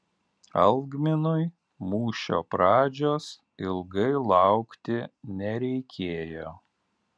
algminui mūšio pradžios ilgai laukti nereikėjo